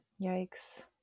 Yikes